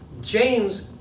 James